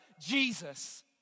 Jesus